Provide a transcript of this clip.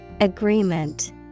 Agreement